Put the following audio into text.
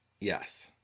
Yes